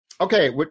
Okay